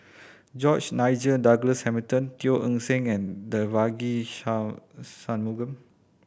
George Nigel Douglas Hamilton Teo Eng Seng and Devagi Sanmugam